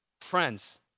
Friends